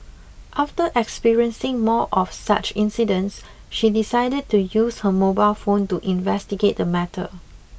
after experiencing more of such incidents she decided to use her mobile phone to investigate the matter